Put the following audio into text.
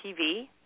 TV